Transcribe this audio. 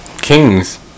kings